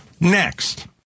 Next